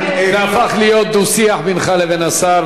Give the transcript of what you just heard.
זה הפך להיות דו-שיח בינך לבין השר,